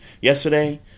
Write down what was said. yesterday